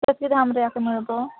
କେତେ ଦାମ୍ ରେ ମିଳିବ